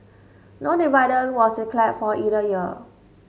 no dividend was for either year